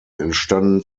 entstanden